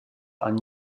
han